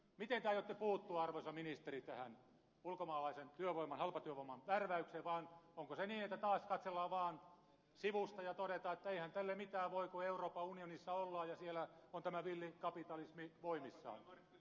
miten te aiotte puuttua arvoisa ministeri tähän ulkomaalaisen työvoiman halpatyövoiman värväykseen vai onko se niin että taas katsellaan vaan sivusta ja todetaan että eihän tälle mitään voi kun euroopan unionissa ollaan ja siellä on tämä villi kapitalismi voimissaan